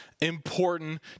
important